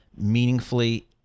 meaningfully